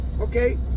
okay